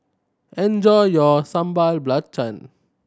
enjoy your Sambal Belacan